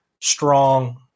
strong